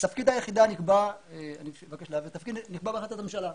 אם כן, תפקיד היחידה נקבע בהחלטת ממשלה.